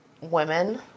women